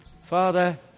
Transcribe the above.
Father